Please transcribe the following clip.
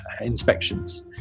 inspections